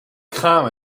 kreñv